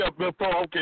okay